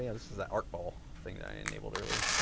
yeah this is the arcball thing that i enabled earlier.